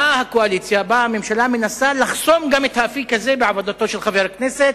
באה הממשלה ומנסה לחסום גם את האפיק הזה בעבודתו של חבר הכנסת,